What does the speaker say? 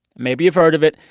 maybe you've heard of it.